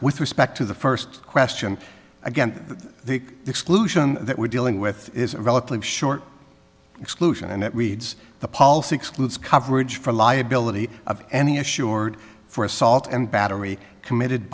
with respect to the first question again the exclusion that we're dealing with is a relatively short exclusion and it reads the policy excludes coverage for liability of any assured for assault and battery committed